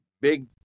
big